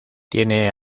tienen